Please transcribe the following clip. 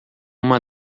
uma